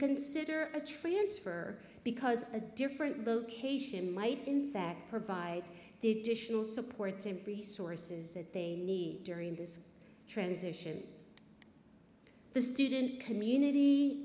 consider a transfer because a different location might in fact provide the additional support and resources that they need during this transition the student community